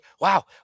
wow